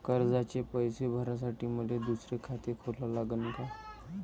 कर्जाचे पैसे भरासाठी मले दुसरे खाते खोला लागन का?